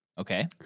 Okay